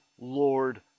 Lord